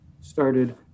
started